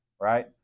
right